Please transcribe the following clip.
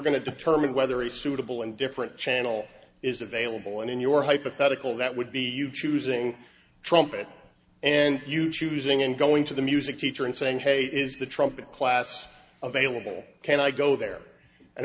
going to determine whether a suitable and different channel is available and in your hypothetical that would be you choosing trumpet and you choosing and going to the music teacher and saying hey is the trumpet class available can i go there and